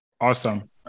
Awesome